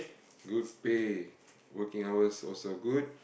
good pay working hours also good